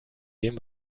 dem